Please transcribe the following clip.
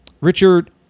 richard